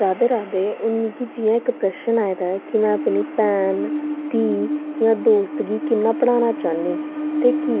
राधे राधे हून मिगी जि'यां इक प्रश्न आए दा ऐ कि में अपनी भैन धी जां दोस्त गी कि'यां पढ़ाना चाह्नी ते कि